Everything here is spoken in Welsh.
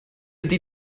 ydy